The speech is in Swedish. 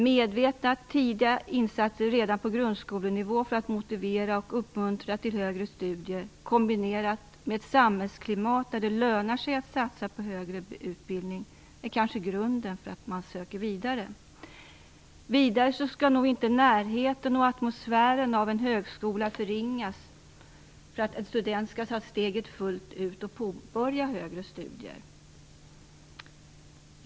Medvetna tidiga insatser redan på grundskolenivå för att motivera och uppmuntra till högre studier kombinerat med ett samhällsklimat där det lönar sig att satsa på högre utbildning kanske är grunden för att man söker vidare. Vidare skall nog inte närheten och atmosfären av en högskola förringas för att en student skall ta steget fullt ut och påbörja högre studier.